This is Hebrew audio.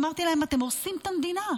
אמרתי להם: אתם הורסים את המדינה,